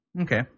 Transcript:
Okay